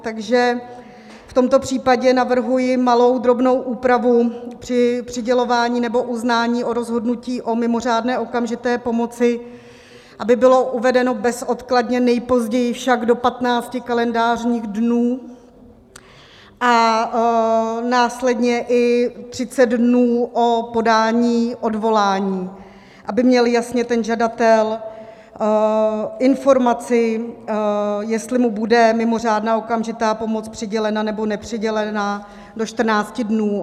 Takže v tomto případě navrhuji malou drobnou úpravu při přidělování nebo uznání o rozhodnutí o mimořádné okamžité pomoci, aby bylo uvedeno bezodkladně, nejpozději však do 15 kalendářních dnů a následně i 30 dnů o podání odvolání, aby měl žadatel jasně informaci, jestli mu bude mimořádná okamžitá pomoc přidělena, nebo nepřidělena do čtrnácti dnů.